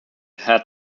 had